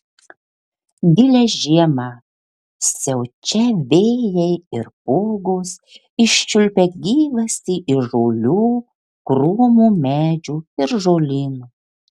gilią žiemą siaučią vėjai ir pūgos iščiulpia gyvastį iš žolių krūmų medžių ir žolynų